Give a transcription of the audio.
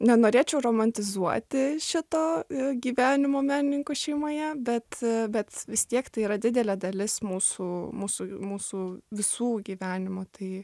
nenorėčiau romantizuoti šito gyvenimo menininkų šeimoje bet bet vis tiek tai yra didelė dalis mūsų mūsų mūsų visų gyvenimo tai